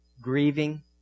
grieving